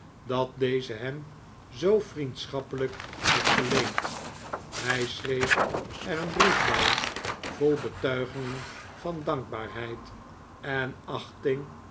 dat deze hem zoo vriendschappelijk had geleend hij schreef er een brief bij r vol betuigingen van dankbaarheid en achting